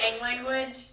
language